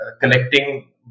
collecting